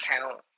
count